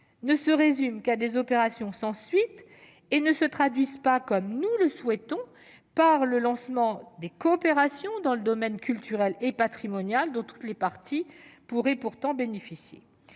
ne se résument à des opérations sans suite et ne se traduisent pas, comme nous le souhaitons, par le lancement de coopérations dans le domaine culturel et patrimonial, dont toutes les parties pourraient pourtant bénéficier.